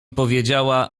powiedziała